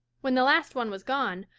when the last one was gone,